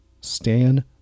Stan